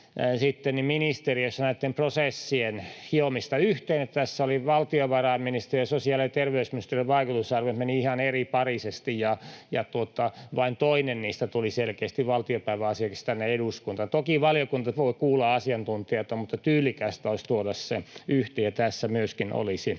myöskin ministeriöissä näitten prosessien hiomista yhteen. Tässä valtiovarainministeriön ja sosiaali‑ ja terveysministeriön vaikutusarviot menivät ihan eriparisesti ja vain toinen niistä tuli selkeästi valtiopäiväasiaksi tänne eduskuntaan. Toki valiokunta voi kuulla asiantuntijoita, mutta tyylikästä olisi tuoda ne yhteen, ja tässä myöskin olisi